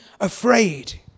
afraid